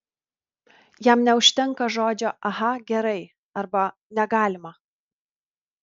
jam neužtenka žodžio aha gerai arba negalima